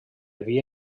via